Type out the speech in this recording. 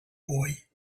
boy